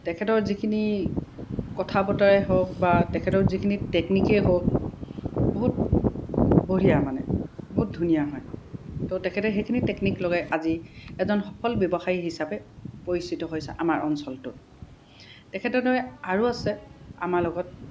তেখেতৰ যিখিনি কথা বতৰাই হওক বা তেখেতৰ যিখিনি টেকনিকেই হওক বহুত বঢ়িয়া মানে বহুত ধুনীয়া হয় তো তেখেতে সেইখিনি টেকনিক লগাই আজি এজন সফল ব্যৱসায়ী হিচাপে পৰিচিত হৈছে আমাৰ অঞ্চলটোত তেখেতৰ দৰে আৰু আছে আমাৰ লগত